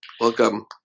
Welcome